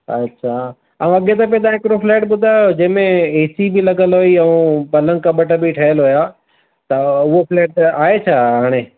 अछा ऐं अॻे दफ़े तव्हां हिकिड़ो फ्लैट ॿुधायो जंहिं में एसी बि लॻलि हुई ऐं पलंग कॿट बि ठहियलु हुया त उहो फ्लैट आहे छा हाणे